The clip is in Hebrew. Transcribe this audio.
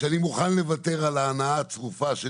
אני מצהיר כאן שאני מוכן לוותר על ההנאה הצרופה של